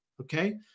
okay